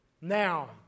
Now